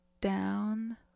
down